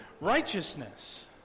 righteousness